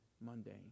mundane